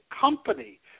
company